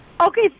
Okay